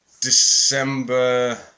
December